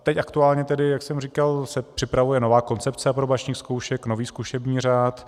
Teď aktuálně, jak jsem říkal, se připravuje nová koncepce aprobačních zkoušek, nový zkušební řád.